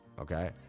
okay